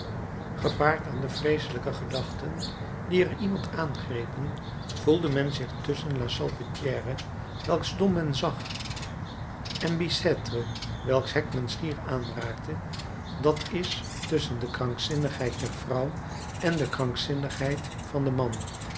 gepaard aan de vreeselijke gedachten die er iemand aangrepen voelde men zich tusschen la salpêtrière welks dom men zag en bicêtre welks hek men schier aanraakte dat is tusschen de krankzinnigheid der vrouw en de krankzinnigheid van den man